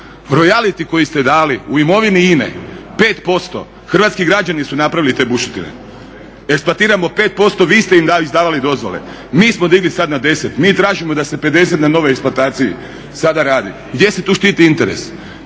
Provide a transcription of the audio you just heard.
Rojaliti koji ste dali u imovini INA-e 5%, hrvatski građani su napravili te bušotine. Eksploatiramo 5%, vi ste im izdavali dozvole, mi smo digli sad na 10, mi tražimo da se 50 na novoj eksploataciji sada radi. Gdje se tu štiti interes?